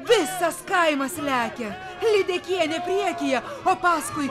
visas kaimas lekia lydekienė priekyje o paskui